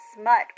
Smut